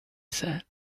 said